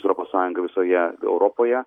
europos sąjunga visoje europoje